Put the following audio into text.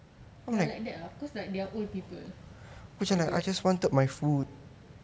ya like that ah because like they are old people I guess